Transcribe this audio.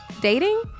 dating